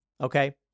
okay